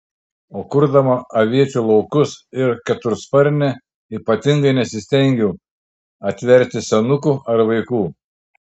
o kurdama aviečių laukus ir ketursparnę ypatingai nesistengiau atverti senukų ar vaikų